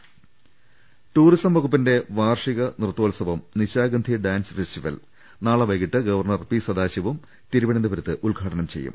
രദ്ദേഷ്ടങ ടൂറിസം വകുപ്പിന്റെ വാർഷിക നൃത്തോത്സവം നിശാഗന്ധി ഡാൻസ് ഫെസ്റ്റിവൽ നാളെ വൈകീട്ട് ഗവർണർ പി സദാശിവം തിരുവനന്തപുരത്ത് ഉദ്ഘാടനം ചെയ്യും